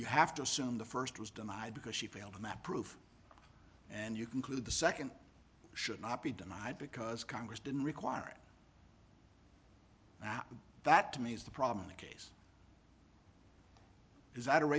you have to assume the first was denied because she failed in that proof and you conclude the second should not be denied because congress didn't require it and that to me is the problem in that case is that a